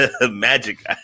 magic